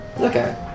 Okay